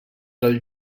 del